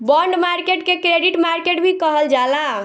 bond market के credit market भी कहल जाला